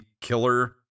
killer